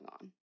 on